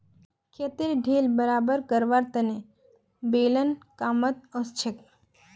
खेतेर ढेल बराबर करवार तने बेलन कामत ओसछेक